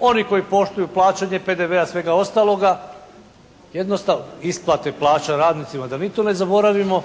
oni koji poštuju plaćanje PDV-a, svega ostaloga, jednostavno, isplate plaća radnicima da ni to ne zaboravimo